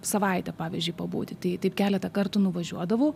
savaitę pavyzdžiui pabūti tai keletą kartų nuvažiuodavau